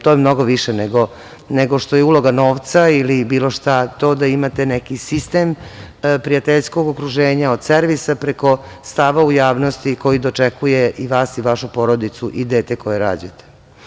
To je mnogo više nego što je uloga novca ili bilo šta, to da imate neki sistem prijateljskog okruženja od servisa preko stava u javnosti koji dočekuje i vas i vašu porodicu i dete koje rađate.